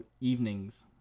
evenings